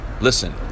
Listen